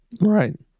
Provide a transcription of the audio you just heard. Right